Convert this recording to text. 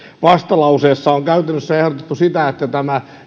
vastalauseessa on käytännössä ehdotettu sitä että tämä